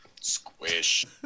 Squish